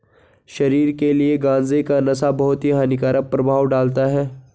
शरीर के लिए गांजे का नशा बहुत ही हानिकारक प्रभाव डालता है